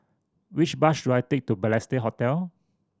which bus should I take to Balestier Hotel